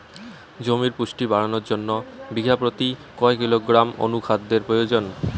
জমির পুষ্টি বাড়ানোর জন্য বিঘা প্রতি কয় কিলোগ্রাম অণু খাদ্যের প্রয়োজন?